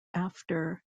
after